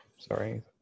Sorry